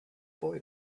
boy